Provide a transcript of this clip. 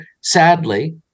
sadly